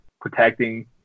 protecting